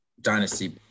dynasty